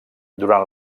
durant